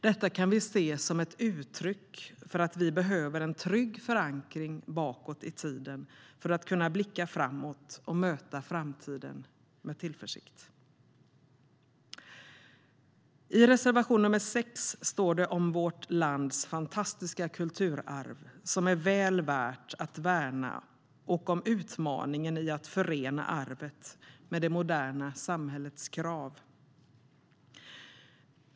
Detta kan vi se som ett uttryck för att vi behöver en trygg förankring bakåt i tiden för att kunna blicka framåt och möta framtiden med tillförsikt. I reservation nr 6 står det om vårt lands fantastiska kulturarv, som är väl värt att värna, och om utmaningen i att förena arvet med det moderna samhällets krav.